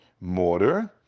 mortar